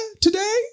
today